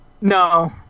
No